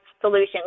solutions